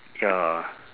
ya